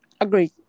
Agreed